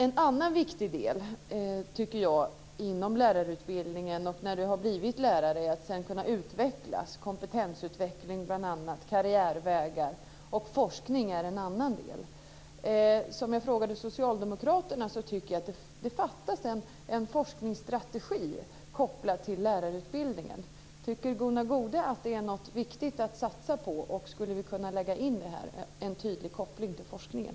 En annan viktig del inom lärarutbildningen och när du har blivit lärare är, tycker jag, att du sedan ska kunna utvecklas. Det handlar om bl.a. kompetensutveckling och karriärvägar. Forskning är en annan del. Som jag sade till Socialdemokraterna tycker jag att det fattas en forskningsstrategi kopplad till lärarutbildningen. Tycker Gunnar Goude att det är någonting som är viktigt att satsa på? Skulle vi kunna lägga in en tydlig koppling till forskningen?